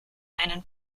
einen